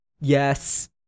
Yes